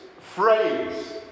phrase